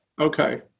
okay